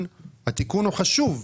התיקון חשוב,